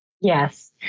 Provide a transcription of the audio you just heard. Yes